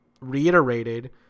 reiterated